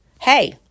hey